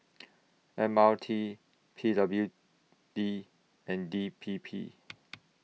M R T P W D and D P P